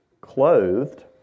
clothed